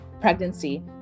pregnancy